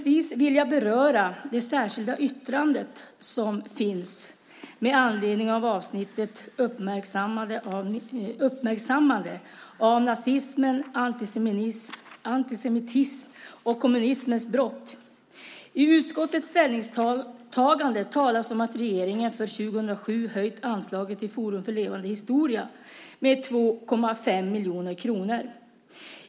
Jag vill även beröra det särskilda yttrandet som finns med anledning av avsnittet om uppmärksammande av nazism, antisemitism och kommunismens brott. I utskottets ställningstagande talas om att regeringen för 2007 har höjt anslaget till Forum för levande historia med 2,5 miljoner kronor.